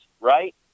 right